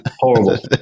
horrible